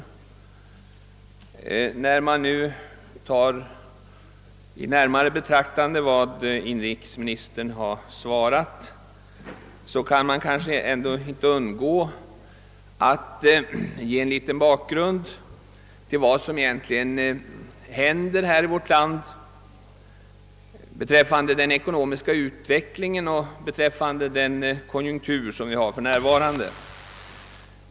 Sedan man tagit i närmare betraktande vad inrikesministern svarat, kan man inte undgå att ge något av bakgrunden till vad som egentligen händer här i vårt land beträffande den ekonomiska utvecklingen och konjunkturen.